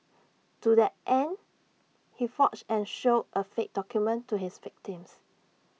to that end he forged and showed A fake document to his victims